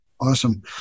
Awesome